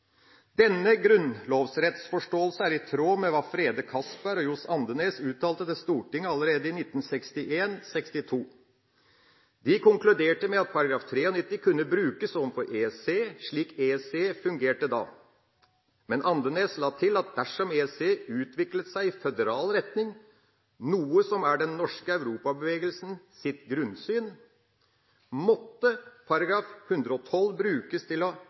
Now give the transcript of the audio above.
Denne grunnlovsrettsforståelse er i tråd med hva med Frede Castberg og Johs. Andenæs uttalte til Stortinget allerede i 1961/1962. De konkluderte med at § 93 kunne brukes overfor EEC slik EEC fungerte da. Men Andenæs la til at dersom EEC utviklet seg i føderal retning, noe som er den norske europabevegelsens grunnsyn, måtte § 112 brukes til